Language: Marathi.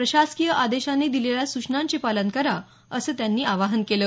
प्रशासकीय आदेशांनी दिलेल्या सूचनांचे पालन करा असं त्यांनी आवाहन केलं